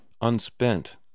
unspent